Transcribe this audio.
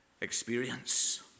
experience